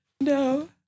No